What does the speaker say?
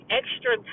extra